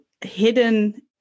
hidden